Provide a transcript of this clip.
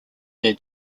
their